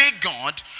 God